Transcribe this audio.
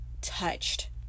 touched